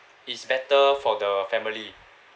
it's better for the family